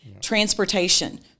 transportation